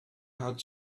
had